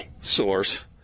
source